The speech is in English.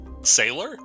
sailor